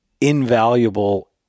invaluable